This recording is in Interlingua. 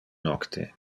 nocte